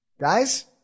Guys